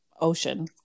ocean